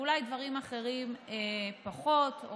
ואולי דברים אחרים פחות,